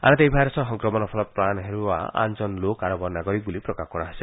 আনহাতে এই ভাইৰাছৰ সংক্ৰমণৰ ফলত প্ৰাণ হেৰুওৱা আনজন লোক আৰৱৰ নাগৰিক বুলি প্ৰকাশ কৰা হৈছে